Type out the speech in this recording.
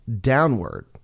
downward